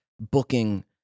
booking